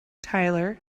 tyler